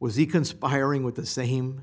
was he conspiring with the same